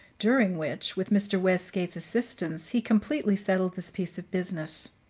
during which, with mr. westgate's assistance, he completely settled this piece of business.